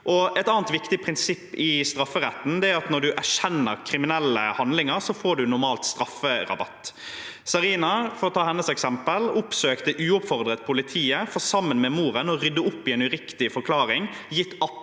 Et annet viktig prinsipp i strafferetten er at når man erkjenner kriminelle handlinger, får man normalt strafferabatt. Zarina, for å ta hennes eksempel, oppsøkte politiet uoppfordret for sammen med moren å rydde opp i en uriktig forklaring gitt av